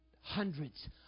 hundreds